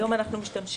היום אנחנו משתמשים